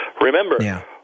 Remember